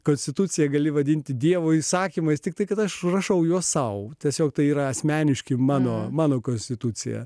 konstitucija gali vadinti dievo įsakymais tiktai kad aš rašau juos sau tiesiog tai yra asmeniški mano mano konstitucija